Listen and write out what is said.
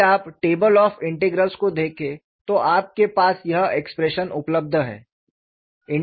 यदि आप table of integrals को देखें तो आपके पास यह एक्सप्रेशन उपलब्ध है